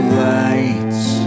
lights